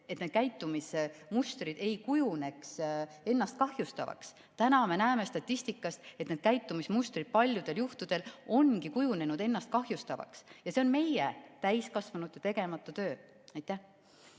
et need käitumismustrid ei kujuneks ennast kahjustavaks. Täna me näeme statistikast, et need käitumismustrid paljudel juhtudel ongi kujunenud ennast kahjustavaks. Ja see on meie, täiskasvanute tegemata töö. Aitäh!